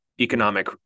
economic